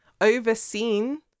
overseen